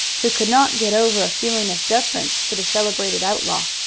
who could not get over a feeling of deference for the celebrated outlaw.